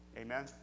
Amen